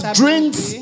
drinks